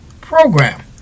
program